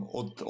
od